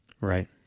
Right